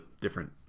different